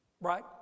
Right